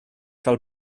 fel